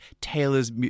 Taylor's